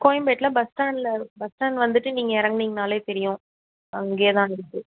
கோயம்பேட்டில் பஸ்டாண்ட்டில் பஸ்டாண்ட் வந்துவிட்டு நீங்கள் இறங்குனீங்கனாலே தெரியும் அங்கே தான் இருக்கு